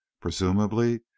Presumably